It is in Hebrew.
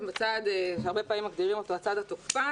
בצד שהרבה פעמים מגדירים אותו הצד התוקפן.